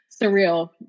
surreal